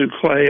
clay